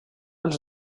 els